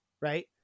right